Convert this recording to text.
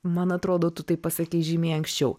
man atrodo tu tai pasakei žymiai anksčiau